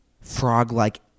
frog-like